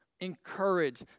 Encourage